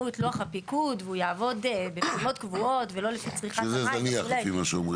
את לוח הפיקוד --- זה זניח לפי מה שאומרים לנו.